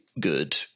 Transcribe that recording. good